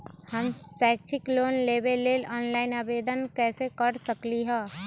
हम शैक्षिक लोन लेबे लेल ऑनलाइन आवेदन कैसे कर सकली ह?